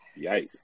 Yikes